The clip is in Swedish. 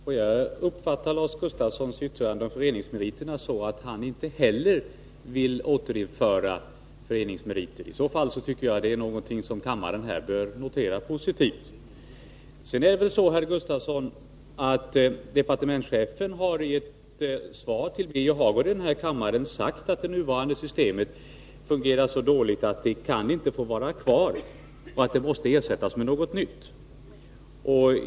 Herr talman! Får jag uppfatta Lars Gustafssons yttrande om föreningsmeriterna så, att inte heller han vill återinföra föreningsmeriter? Det är i så fall någonting som kammaren bör notera som positivt. Departementschefen har, herr Gustafsson, i ett svar till Birger Hagård i denna kammare sagt att det nuvarande systemet fungerar så dåligt att det inte kan få vara kvar och att det måste ersättas med något nytt.